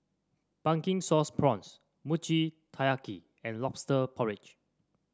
Pumpkin Sauce Prawns Mochi Taiyaki and lobster porridge